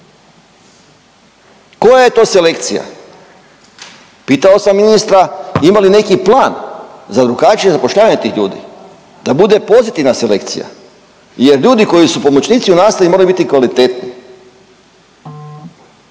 Koja je to selekcija? Pitao sam ministra ima li neki plan za drugačije zapošljavanje tih ljudi da bude pozitivna selekcija jer ljudi koji su pomoćnici u nastavi moraju biti kvalitetni,